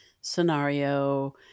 scenario